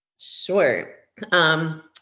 Sure